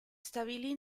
stabilì